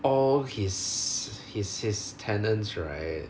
all his his his tenants right